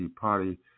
party